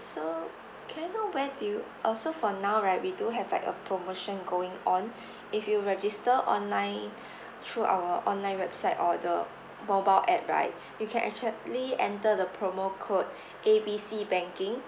so can I know where do you also for now right we do have like a promotion going on if you register online through our online website or the mobile app right you can actually enter the promo code A B C banking